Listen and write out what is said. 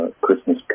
Christmas